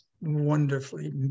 wonderfully